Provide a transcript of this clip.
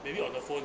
maybe on the phone